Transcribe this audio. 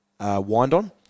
wind-on